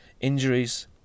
injuries